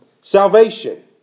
salvation